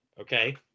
okay